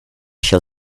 shall